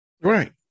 Right